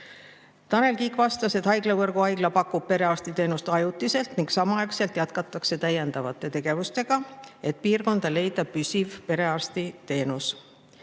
Tanel Kiik vastas, et haiglavõrgu haigla pakub perearstiteenust ajutiselt ning samaaegselt jätkatakse täiendavate tegevustega, et leida piirkonda püsiv perearstiteenuse